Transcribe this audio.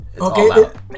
Okay